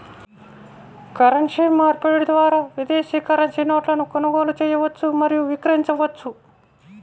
currency మార్పిడి ద్వారా విదేశీ కరెన్సీ నోట్లను కొనుగోలు చేయవచ్చు మరియు విక్రయించవచ్చు